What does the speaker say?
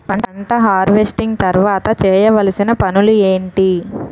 పంట హార్వెస్టింగ్ తర్వాత చేయవలసిన పనులు ఏంటి?